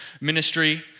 ministry